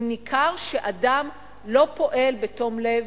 אם ניכר שאדם לא פועל בתום לב,